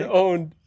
owned